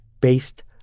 based